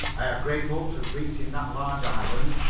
i have great hopes of reaching that large island,